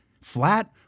Flat